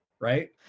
right